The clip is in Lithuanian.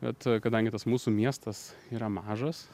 bet kadangi tas mūsų miestas yra mažas